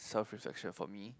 self reflection for me